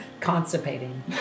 Constipating